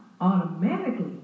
automatically